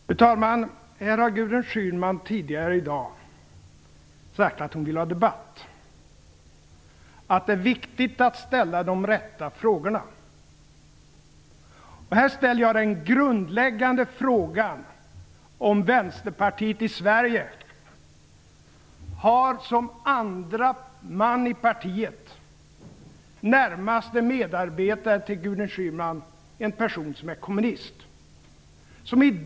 Fru talman! Gudrun Schyman har tidigare i dag sagt att hon vill ha debatt, att det är viktigt att ställa de rätta frågorna. Nu ställer jag den grundläggande frågan, om Vänsterpartiet i Sverige som andra man i partiet och närmaste medarbetare till Gudrun Schyman har en person som fortfarande är kommunist.